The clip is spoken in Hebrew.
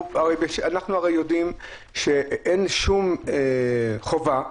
אנחנו הרי יודעים שאין שום חובה,